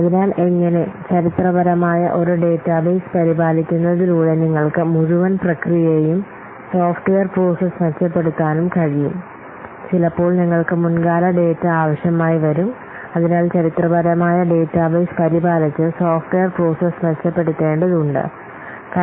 അതിനാൽ എങ്ങനെ ചരിത്രപരമായ ഒരു ഡാറ്റാബേസ് പരിപാലിക്കുന്നതിലൂടെ നിങ്ങൾക്ക് മുഴുവൻ പ്രക്രിയയും സോഫ്റ്റ്വെയർ പ്രോസസ്സ് മെച്ചപ്പെടുത്താനും കഴിയും